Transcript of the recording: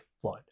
flood